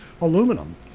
aluminum